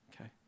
Okay